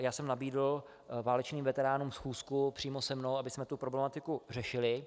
Já jsem nabídl válečným veteránům schůzku přímo se mnou, abychom tu problematiku řešili.